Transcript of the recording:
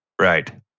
Right